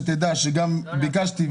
שתדע שגם ביקשתי,